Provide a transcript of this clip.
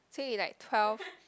so you like twelve